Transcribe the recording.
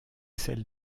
celle